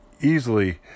easily